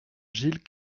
gilles